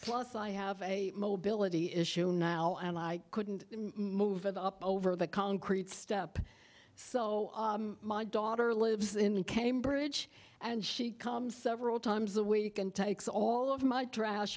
plus i have a mobility issue now and i couldn't move it up over the concrete step so my daughter lives in cambridge and she comes several times a week and takes all of my trash